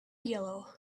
yellow